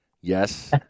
yes